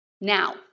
now